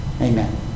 Amen